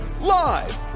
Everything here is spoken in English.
Live